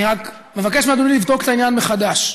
אני רק מבקש מאדוני לבדוק את העניין מחדש,